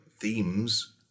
themes